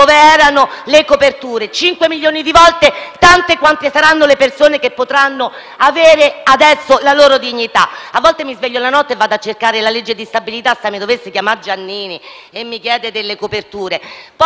dove erano le coperture; 5 milioni di volte, tante quante saranno le persone che adesso potranno avere la loro dignità. A volte mi sveglio la notte e vado a cercare la legge di bilancio, nel caso mi chiamasse Giannini e mi chiedesse delle coperture.